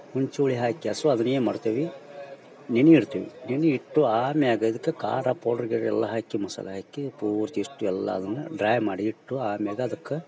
ಹುಣ್ಸೆಹುಳಿ ಹಾಕ್ಯಾಸು ಅದನೇನು ಮಾಡ್ತೇವಿ ನೆನಿಯಿಡ್ತೇವಿ ನೆನಿಯಿಟ್ಟು ಆಮ್ಯಾಗದಕ್ಕ ಖಾರಾ ಪೌಡರ್ ಗಿವ್ಡರ್ ಎಲ್ಲಾ ಹಾಕಿ ಮೊಸರಾಕಿ ಪೂರ್ತಿಷ್ಟು ಎಲ್ಲಾದನ ಡ್ರೈ ಮಾಡಿ ಇಟ್ಟು ಆಮ್ಯಾಗದಕ್ಕ